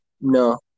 No